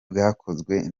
bwakozwe